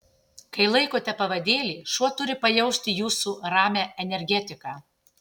kai laikote pavadėlį šuo turi pajausti jūsų ramią energetiką